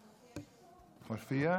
מופיע?